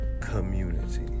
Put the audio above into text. community